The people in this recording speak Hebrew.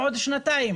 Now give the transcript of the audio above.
בעוד שנתיים?